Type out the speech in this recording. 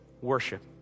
worship